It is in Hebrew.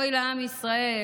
אוי לעם ישראל